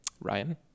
Ryan